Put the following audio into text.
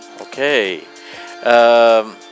Okay